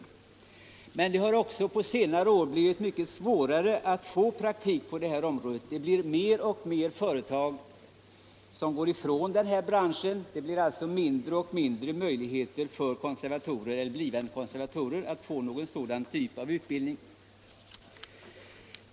På senare år har det emellertid blivit mycket svårare att få praktik på området. Fler och fler företag går ifrån branschen, och det blir alltså mindre och mindre möjligheter för blivande konservatorer att skaffa sig den här typen av utbildning.